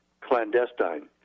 clandestine